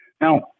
Now